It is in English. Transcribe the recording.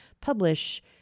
publish